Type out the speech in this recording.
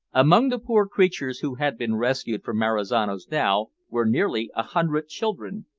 among the poor creatures who had been rescued from marizano's dhow were nearly a hundred children,